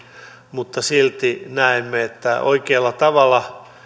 mutta silti näemme että oikealla tavalla